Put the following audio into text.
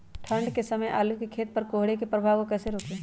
ठंढ के समय आलू के खेत पर कोहरे के प्रभाव को कैसे रोके?